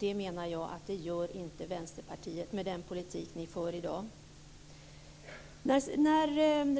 Det menar jag att Vänsterpartiet inte gör med den politik ni för i dag. När